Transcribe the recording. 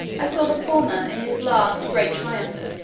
i saw the former, in his last great triumph.